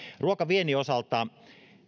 ruokaviennin osalta